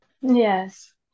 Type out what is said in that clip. yes